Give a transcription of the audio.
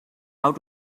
how